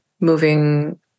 moving